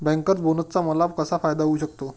Bankers बोनसचा मला कसा फायदा होऊ शकतो?